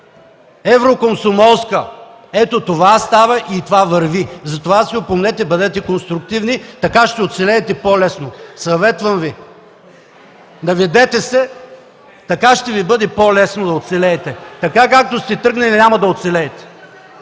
еврокомсомолска! Ето това става и това върви! Затова се опомнете, бъдете конструктивни. Така ще оцелеете по-лесно. Съветвам Ви, наведете се, така ще ви бъде по-лесно да оцелеете. Така, както сте тръгнали, няма да оцелеете!